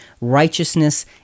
righteousness